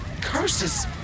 Curses